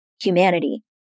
humanity